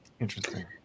interesting